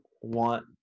want